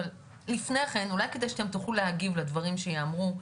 אבל אולי כדי שאתם תוכלו להגיב לדברים שיאמרו,